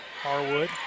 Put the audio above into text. Harwood